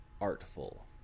artful